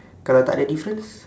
kalau takde difference